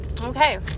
okay